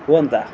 ହୁଅନ୍ତା